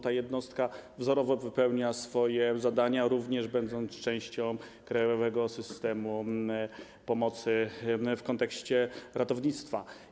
Ta jednostka wzorowo wypełnia swoje zadania, również będąc częścią krajowego systemu pomocy w kontekście ratownictwa.